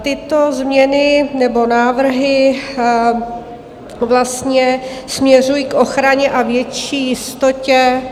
Tyto změny nebo návrhy vlastně směřují k ochraně a větší jistotě...